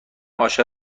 عاشق